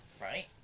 Right